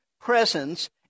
presence